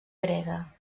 grega